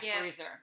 freezer